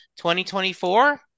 2024